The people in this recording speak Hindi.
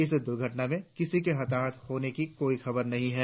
इस दुर्घटना में किसी के हताहत होने की कोई खबर नही है